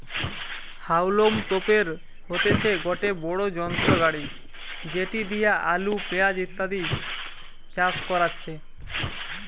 হাউলম তোপের হইতেছে গটে বড়ো যন্ত্র গাড়ি যেটি দিয়া আলু, পেঁয়াজ ইত্যাদি চাষ করাচ্ছে